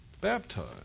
baptized